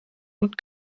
und